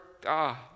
God